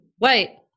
Wait